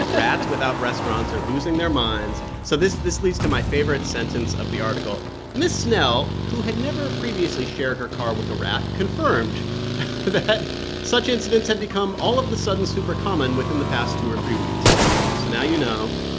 ah rats without restaurants are losing their minds. minds. so this this leads to my favorite sentence of the article ms. snell, who had never previously shared her car with a rat, confirmed that such incidents had become all of the sudden super-common within the past two or three weeks so now you know.